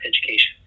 education